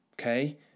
Okay